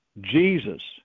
Jesus